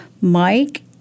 Mike